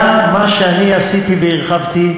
גם מה שאני עשיתי והרחבתי,